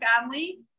family